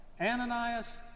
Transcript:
Ananias